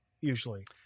usually